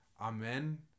amen